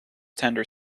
tender